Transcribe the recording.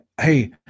Hey